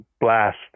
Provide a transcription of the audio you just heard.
Blast